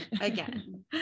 again